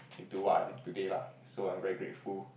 into what I am today lah so I am very grateful